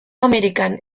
amerikan